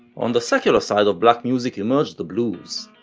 on the secular side of black music emerged the blues,